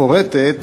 המפורטת.